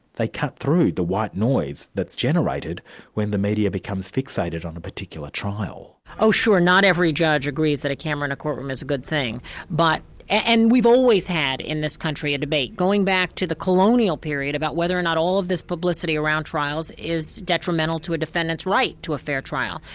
they cut through the white noise that's generated when the media becomes fixated on a particular trial. oh sure, not every judge agrees that a camera in a court room is a good thing but and we've always had in this country, a debate, going back to the colonial period, about whether or not all of this publicity around trials is detrimental to a defendant's right to a fair trial.